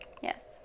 Yes